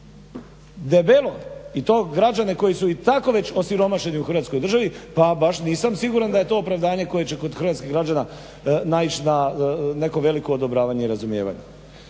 debelo i to građane koji su već i tako osiromašeni u Hrvatskoj državi pa baš nisam siguran da je to opravdanje koje će kod hrvatskih građana naići na neko veliko odobravanje i razumijevanje.